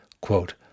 quote